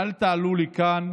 אל תעלו לכאן